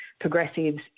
progressives